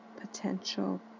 potential